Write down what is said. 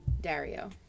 Dario